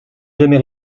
jamais